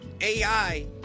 AI